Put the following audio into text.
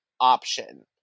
option